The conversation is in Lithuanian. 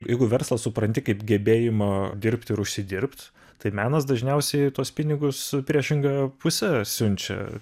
jeigu verslą supranti kaip gebėjimą dirbt ir užsidirbt tai menas dažniausiai tuos pinigus priešinga puse siunčia